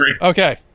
Okay